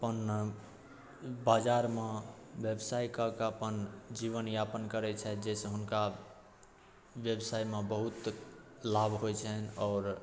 अपन बाजारमे बेवसाइ कऽ कऽ अपन जीवनयापन करै छथि जाहिसँ हुनका बेवसाइमे बहुत लाभ होइ छनि आओर